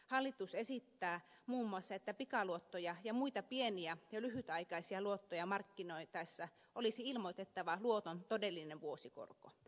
hallitus esittää muun muassa että pikaluottoja ja muita pieniä ja lyhytaikaisia luottoja markkinoitaessa olisi ilmoitettava luoton todellinen vuosikorko